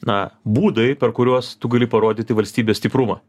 na būdai per kuriuos tu gali parodyti valstybės stiprumą